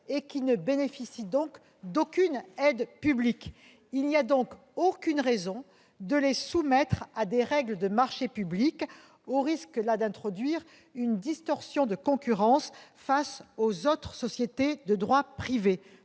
Elles ne bénéficient donc d'aucune aide publique. Dans ces conditions, il n'y a aucune raison de les soumettre à des règles de marché public, au risque d'introduire une distorsion de concurrence par rapport aux autres sociétés de droit privé.